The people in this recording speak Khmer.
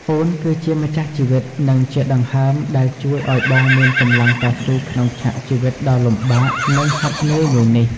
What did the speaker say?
អូនគឺជាម្ចាស់ជីវិត និងជាដង្ហើមដែលជួយឱ្យបងមានកម្លាំងតស៊ូក្នុងឆាកជីវិតដ៏លំបាក និងហត់នឿយមួយនេះ។